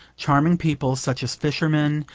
charming people, such as fishermen,